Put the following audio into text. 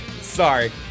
Sorry